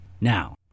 Now